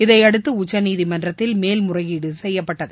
இதையடுத்துஉச்சநீதிமன்றத்தில் மேல்முறையீடுசெய்யப்பட்டது